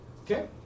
Okay